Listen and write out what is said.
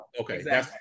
Okay